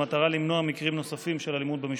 במטרה למנוע מקרים נוספים של אלימות במשפחה.